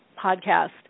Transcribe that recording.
podcast